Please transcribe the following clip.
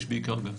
יש בעיקר גז.